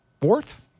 Fourth